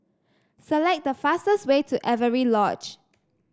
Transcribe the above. select the fastest way to Avery Lodge